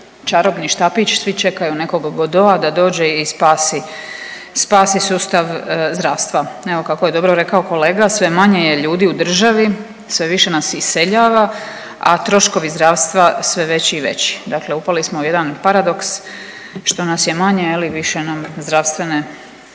čarobni štapić. Svi čekaju nekog Godota da dođe i spasi sustav zdravstva. Evo kako je dobro rekao kolega sve manje je ljudi u državi, sve više nas se iseljava, a troškovi zdravstva sve veći i veći. Dakle upali smo u jedan paradoks što nas je manje, je li, više nam zdravstvene